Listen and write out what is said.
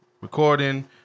recording